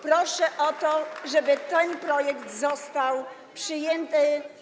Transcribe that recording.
Proszę o to, żeby ten projekt został przyjęty.